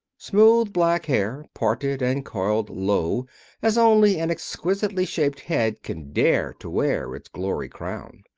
smooth black hair parted and coiled low as only an exquisitely shaped head can dare to wear its glory-crown.